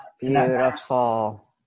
beautiful